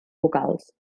vocals